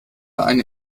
eine